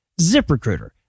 ZipRecruiter